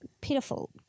pitiful